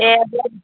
ए